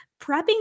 prepping